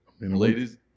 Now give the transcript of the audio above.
Ladies